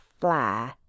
fly